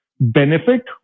benefit